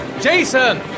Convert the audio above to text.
jason